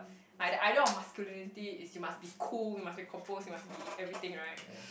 like the idea of masculinity is you must be cool you must be composed you must be everything right